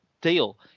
deal